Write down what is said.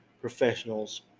professionals